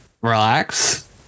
relax